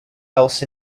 else